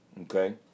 Okay